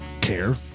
care